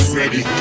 ready